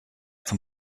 zum